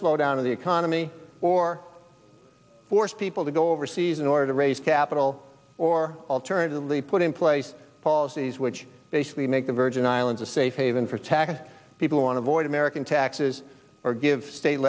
slowdown of the economy or force people to go overseas in order to raise capital or alternatively put in place policies which basically make the virgin islands a safe haven for tax people on avoid american taxes or give sta